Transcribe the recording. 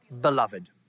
beloved